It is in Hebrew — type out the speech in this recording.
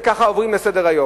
וככה עוברים לסדר-היום.